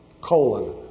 colon